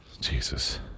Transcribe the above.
Jesus